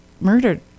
murdered